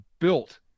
built